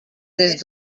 des